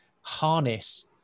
harness